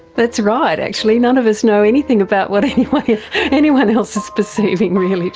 that's right, actually. none of us know anything about what what anyone else is perceiving, really, do